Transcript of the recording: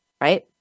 right